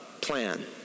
plan